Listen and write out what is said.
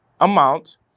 amount